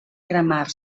cremar